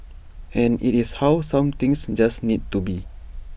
and IT is how some things just need to be